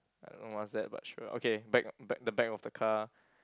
I don't know what's that but sure okay back back the back of the car